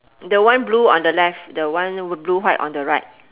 the one blue on the left the one blue white on the right